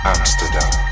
Amsterdam